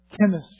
chemistry